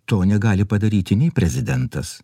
to negali padaryti nei prezidentas